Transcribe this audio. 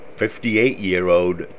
58-year-old